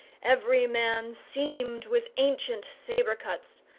every man seamed with ancient sabre-cuts,